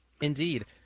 Indeed